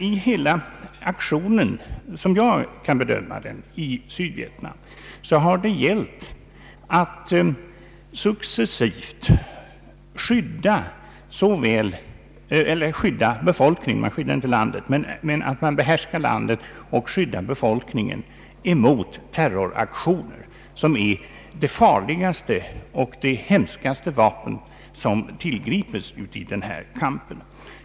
I hela aktionen i Sydvietnam har det, som jag kan bedöma det, gällt att behärska landet och successivt skydda befolkningen mot terroraktioner, som är det farligaste och hemskaste vapen som tillgrips i denna kamp.